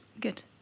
Good